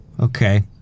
Okay